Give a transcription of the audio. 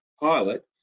pilot